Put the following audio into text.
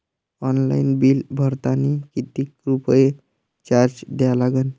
Online bill भरतानी कितीक रुपये चार्ज द्या लागन?